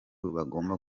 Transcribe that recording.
bagomba